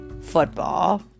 football